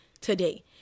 today